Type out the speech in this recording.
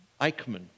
Eichmann